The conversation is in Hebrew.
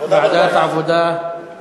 חוק לתיקון פקודת המלט (מס' 2)